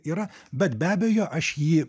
yra bet be abejo aš jį